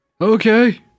okay